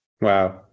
Wow